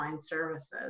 services